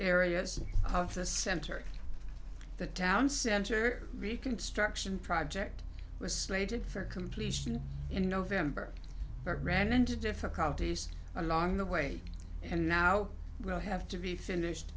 areas of the center the town center reconstruction project was slated for completion in november but ran into difficulties along the way and now will have to be finished